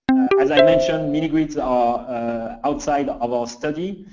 as i mentioned, mini-grids are outside of our study.